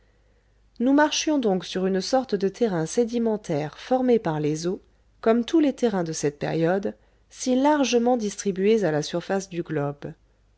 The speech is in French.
nous marchions donc sur une sorte de terrain sédimentaire formé par les eaux comme tous les terrains de cette période si largement distribués à la surface du globe